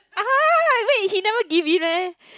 wait he never give in meh